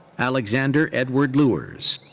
alexander edward luers.